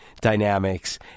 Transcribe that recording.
dynamics